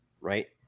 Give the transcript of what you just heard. Right